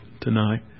tonight